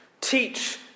teach